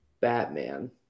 Batman